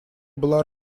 была